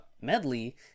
medley